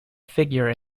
figure